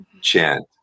chant